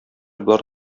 болар